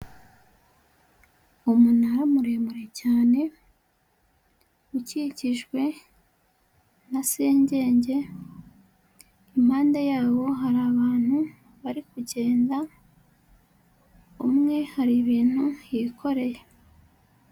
Umunara muremure cyane ukikijwe na sengenge, impande yabo hari abantu bari kugenda umwe hari ibintu yikoreye.